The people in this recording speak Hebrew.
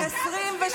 לסיום.